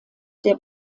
der